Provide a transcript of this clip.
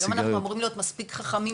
היום אנחנו אמורים להיות מספיק חכמים